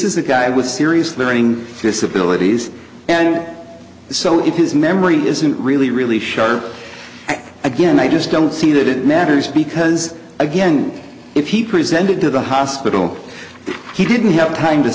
a guy with serious learning disabilities and so if his memory isn't really really sharp again i just don't see that it matters because again if he presented to the hospital he didn't have time to